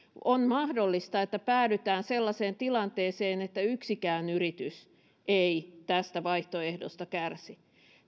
on mahdollista että päädytään sellaiseen tilanteeseen että yksikään yritys ei tästä vaihtoehdosta kärsi